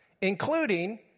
including